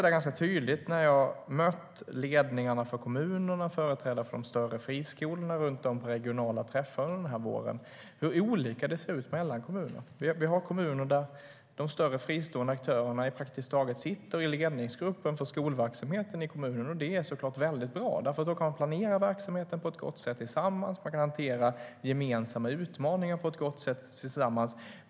När jag har mött ledningarna för kommunerna och företrädare för de större friskolorna på regionala träffar under våren har jag sett ganska tydligt hur olika det är mellan kommuner. Vi har kommuner där de större fristående aktörerna praktiskt taget sitter i ledningsgruppen för skolverksamheten i kommunen. Det är såklart väldigt bra, för då kan man planera verksamheten på ett gott sätt tillsammans. Man kan hantera gemensamma utmaningar på ett gott sätt tillsammans.